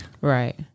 Right